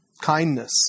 kindness